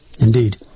indeed